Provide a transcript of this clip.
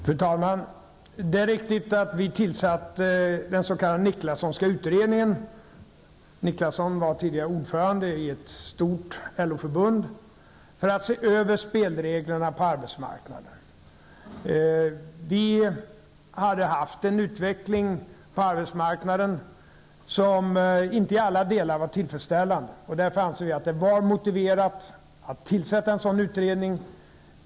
Fru talman! Det är riktigt att den socialdemokratiska regeringen tillsatte den s.k. Niklassonska utredningen -- Niklasson var tidigare ordförande i ett stort LO-förbund -- för att se över spelreglerna på arbetsmarknaden. Utvecklingen på arbetsmarknaden var inte i alla delar tillfredsställande. Därför ansåg vi det motiverat att tillsätta en sådan utredning.